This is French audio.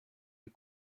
des